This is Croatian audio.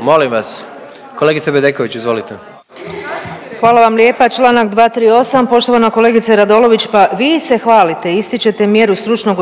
Molim vas. Kolegice Bedeković, izvolite. **Bedeković, Vesna (HDZ)** Hvala vam lijepa. Članak 238., poštovana kolegice Radolović pa vi se hvalite i ističete mjeru stručnog